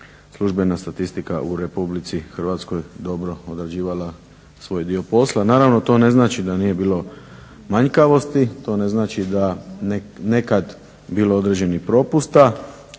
službena statistika u Republici Hrvatskoj dobro odrađivala svoj dio posla. Naravno to ne znači da nije bilo manjkavosti, to ne znači da nekad bilo određenih propusta,